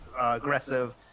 aggressive